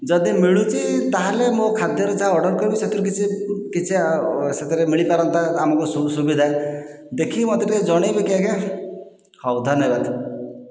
ଯଦି ମିଳୁଛି ତାହେଲେ ମୋ ଖାଦ୍ୟରେ ଯାହା ଅର୍ଡର କରିବି ସେଥିରୁ କିଛି କିଛି ସେଥିରେ ମିଳି ପାରନ୍ତା ଆମକୁ ସବୁ ସୁବିଧା ଦେଖିକି ମତେ ଟିକେ ଜଣେଇବେ କି ଆଜ୍ଞା ହଉ ଧନ୍ୟବାଦ